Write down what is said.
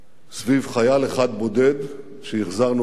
סביב חייל אחד בודד שהחזרנו הביתה.